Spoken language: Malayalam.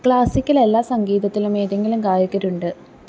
ക്ലാസിക്കിൽ എല്ലാ സംഗീതത്തിലും ഏതെങ്കിലും ഗായകരുണ്ട്